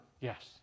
Yes